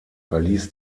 verließ